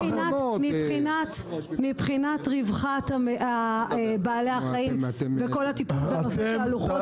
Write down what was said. מבחינת רווחת בעלי החיים וכל הטיפול בנושא לוחות הזמנים